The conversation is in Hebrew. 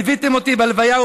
וליוויתם אותי בהלוויה,